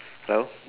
hello